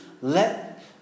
let